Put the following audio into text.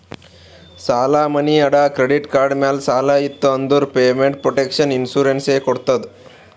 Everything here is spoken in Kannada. ಸಾಲಾ, ಮನಿ ಅಡಾ, ಕ್ರೆಡಿಟ್ ಕಾರ್ಡ್ ಮ್ಯಾಲ ಸಾಲ ಇತ್ತು ಅಂದುರ್ ಪೇಮೆಂಟ್ ಪ್ರೊಟೆಕ್ಷನ್ ಇನ್ಸೂರೆನ್ಸ್ ಎ ಕೊಡ್ತುದ್